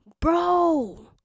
bro